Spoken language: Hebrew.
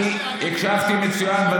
אני הקשבתי לך מצוין.